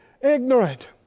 ignorant